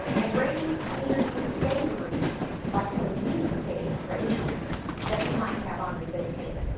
and gravies can either be savory like the meat based gravy that you might have on your biscuits.